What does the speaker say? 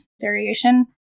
variation